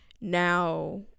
Now